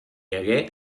hagué